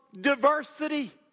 diversity